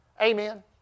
Amen